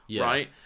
right